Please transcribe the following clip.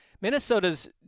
Minnesota's